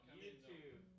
YouTube